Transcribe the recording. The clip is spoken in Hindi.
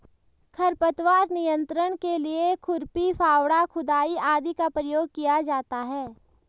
खरपतवार नियंत्रण के लिए खुरपी, फावड़ा, खुदाई आदि का प्रयोग किया जाता है